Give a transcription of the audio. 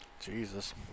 Jesus